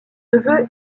neveu